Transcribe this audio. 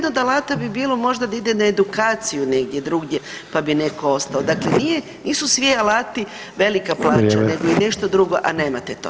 od alata bi bilo možda da ide na edukaciju negdje drugdje, pa bi neko ostao, dakle nisu svi alati velika plaća nego i nešto drugo, a nemate to.